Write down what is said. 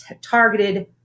targeted